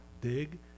Dig